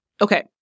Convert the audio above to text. Okay